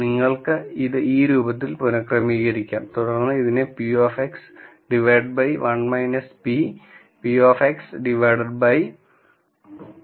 നിങ്ങൾക്ക് ഇത് ഈ രൂപത്തിൽ പുനഃക്രമീകരിക്കാം തുടർന്ന് ഇതിനെ p 1 - p β0 β1 x എന്ന് പറയാം